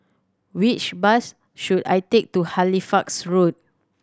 which bus should I take to Halifax Road